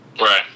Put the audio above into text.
Right